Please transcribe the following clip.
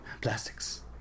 Plastics